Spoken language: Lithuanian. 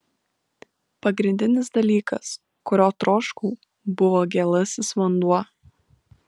pagrindinis dalykas kurio troškau buvo gėlasis vanduo